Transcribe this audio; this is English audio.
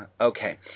Okay